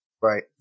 Right